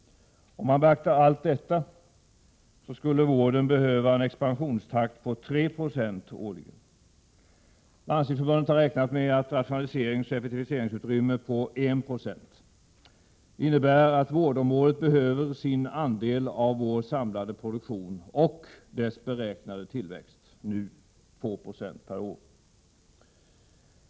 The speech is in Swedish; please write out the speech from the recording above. Om man beaktar allt detta, så skulle vården behöva en expansionstakt på 3 Ze årligen. Landstingsförbundet har räknat med ett rationaliseringsoch effektiviseringsutrymme på 1 20. Det innebär att vårdområdet behöver sin andel av vår samlade produktion och dess beräknade tillväxt — nu på 2 26 per år.